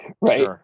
right